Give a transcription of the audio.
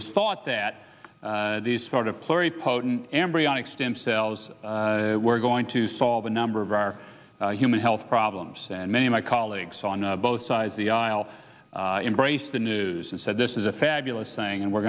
was thought that these sort of pluri potent embryonic stem we're going to solve a number of our human health problems and many of my colleagues on both sides of the aisle embrace the news and said this is a fabulous thing and we're